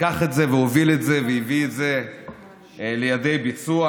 שלקח את זה, הוביל את זה והביא את זה לידי ביצוע.